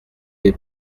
les